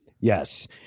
yes